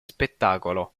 spettacolo